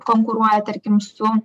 konkuruoja tarkim su